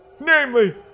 Namely